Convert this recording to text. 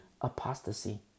apostasy